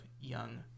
Young